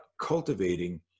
cultivating